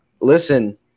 Listen